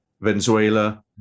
Venezuela